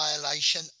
violation